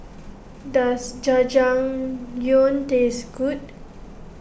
does Jajangmyeon taste good